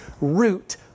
root